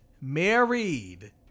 married